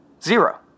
zero